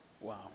Wow